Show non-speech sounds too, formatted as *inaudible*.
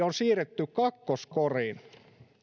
*unintelligible* on siirretty kakkoskoriin